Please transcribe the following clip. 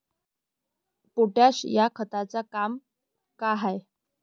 Potash या खताचं काम का हाय?